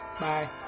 bye